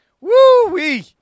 Woo-wee